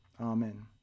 Amen